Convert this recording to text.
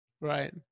Right